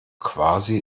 quasi